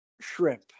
shrimp